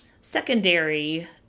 secondary